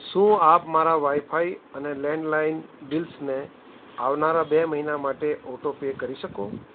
શું આપ મારા વાઈફાઈ અને લેન્ડલાઈન બિલ્સને આવનારા બે મહિના માટે ઓટો પે કરી શકો